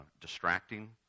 distracting